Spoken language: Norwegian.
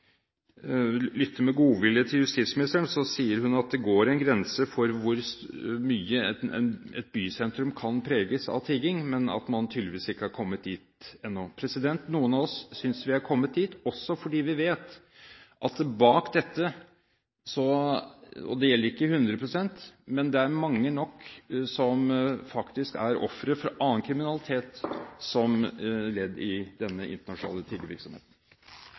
lytter med godvilje til justisministeren, sier hun at det går en grense for hvor mye et bysentrum kan preges av tigging, men at man tydeligvis ikke har kommet dit ennå. Noen av oss synes vi har kommet dit, også fordi vi vet at det bak dette – det gjelder ikke 100 pst. – er mange nok som ledd i denne internasjonale virksomheten faktisk er offer for annen kriminalitet. Jeg følte meg som